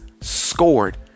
scored